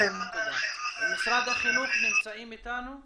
משרד החינוך נמצאים איתנו?